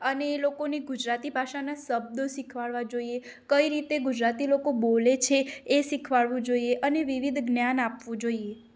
અને એ લોકોને ગુજરાતી ભાષાના શબ્દો શીખવાડવા જોઈએ કઈ રીતે ગુજરાતી લોકો બોલે છે એ શીખવાડવું જોઈએ અને વિવિધ જ્ઞાન આપવું જોઈએ